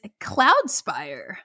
Cloudspire